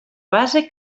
base